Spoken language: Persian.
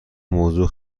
موضوع